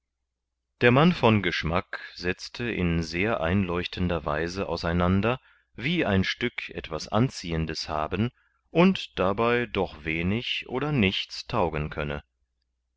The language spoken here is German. der mann von geschmack setzte in sehr einleuchtender weise aus einander wie ein stück etwas anziehendes haben und dabei doch wenig oder nichts taugen könne